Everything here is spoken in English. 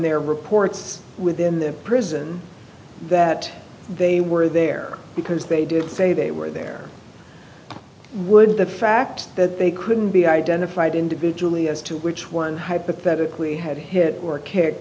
their reports within the prison that they were there because they did say they were there would the fact that they couldn't be identified individually as to which one hypothetically had hit or